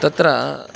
तत्र